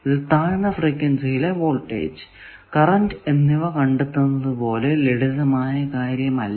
ഇത് താഴ്ന്ന ഫ്രീക്വൻസിയിലെ വോൾടേജ് കറന്റ് എന്നിവ കണ്ടെത്തുന്നത് പോലെ ലളിതമായ കാര്യമല്ല